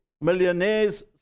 millionaires